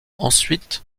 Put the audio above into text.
ensuite